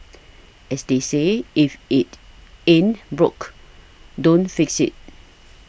as they say if it ain't broke don't fix it